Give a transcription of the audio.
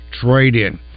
trade-in